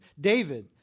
David